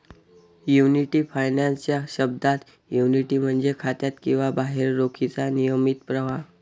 annuity finance च्या शब्दात, annuity म्हणजे खात्यात किंवा बाहेर रोखीचा नियमित प्रवाह